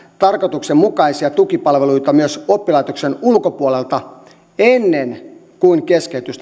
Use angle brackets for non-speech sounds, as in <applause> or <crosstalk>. tarkoituksenmukaisia tukipalveluita myös oppilaitoksen ulkopuolelta ennen kuin keskeytys <unintelligible>